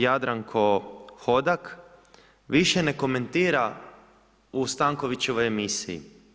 Jadranko Hodak više ne komentira u Stankovićevoj emisiji.